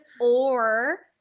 or-